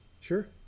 Sure